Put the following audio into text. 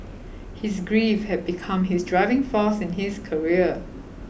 his grief had become his driving force in his career